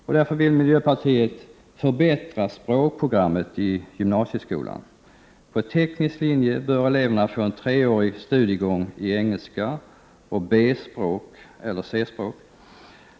Miljöpartiet vill därför förbättra språkprogrammet i gymnasieskolan. På teknisk linje bör eleverna få en treårig studiegång i engelska samt B-språk eller C-språk.